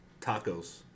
tacos